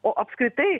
o apskritai